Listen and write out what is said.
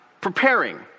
preparing